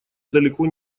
далеко